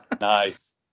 Nice